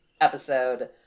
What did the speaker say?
episode